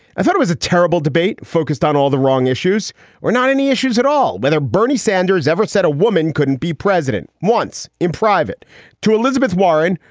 i thought it was a terrible debate focused on all the wrong issues or not any issues at all, whether bernie sanders ever said a woman couldn't be president once in private to elizabeth warren,